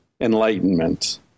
enlightenment